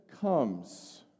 comes